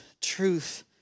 truth